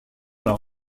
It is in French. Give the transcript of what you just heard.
leur